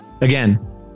again